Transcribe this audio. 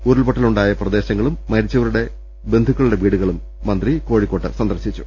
ഉരുൾപൊട്ടലുണ്ടായ പ്രദേശങ്ങളും മരിച്ചവരുടെ ബന്ധുക്കളുടെ വീടുകളും മന്ത്രി സന്ദർശിച്ചു